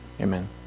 Amen